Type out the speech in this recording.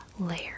layer